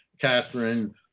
Catherine